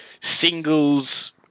singles